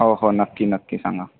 हो हो नक्की नक्की सांगा